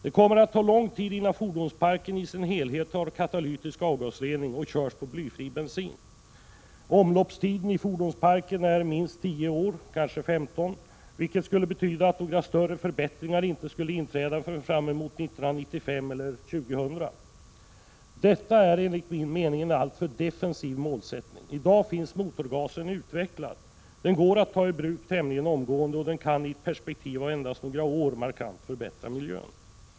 Det kommer att ta lång tid innan fordonsparken i sin helhet har katalytisk avgasrening och körs på blyfri bensin. Omloppstiden i fordonsparken är minst tio, kanske femton år, vilket skulle betyda att några större förbättringar inte skulle ske förrän 1995 eller 2000. Detta är enligt min mening en alltför defensiv målsättning. I dag är motorgasen utvecklad, den går att ta i bruk tämligen omgående och kan i ett perspektiv av endast några år markant förbättra miljön.